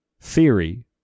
theory